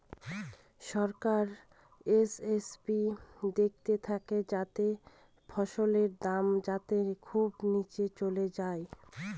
সরকার MSP দেখতে থাকে যাতে ফসলের দাম যাতে খুব নীচে চলে যায়